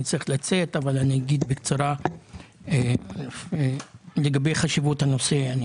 צריך לצאת לשם אבל אני אומר בקצרה כמה דברים לגבי חשיבות הנושא.